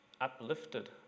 uplifted